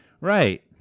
Right